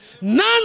none